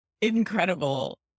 incredible